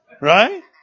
Right